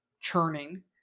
churning